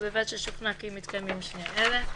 ובלבד ששוכנע כי מתקיימים שני אלה: